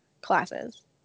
classes